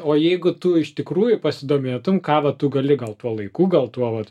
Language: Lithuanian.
o jeigu tu iš tikrųjų pasidomėtum ka vą tu gali gal tuo laiku gal tuo vat